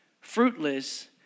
fruitless